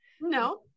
No